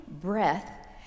breath